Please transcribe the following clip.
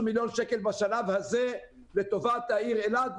מיליון שקלים בשלב הזה לטובת העיר אילת.